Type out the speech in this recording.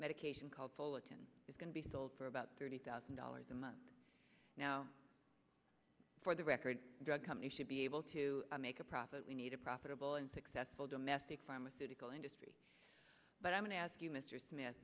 medication called folotyn is going to be sold for about thirty thousand dollars a month now for the record drug company should be able to make a profit we need a profitable and successful domestic pharmaceutical industry but i'm going to ask you mr smith